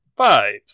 Five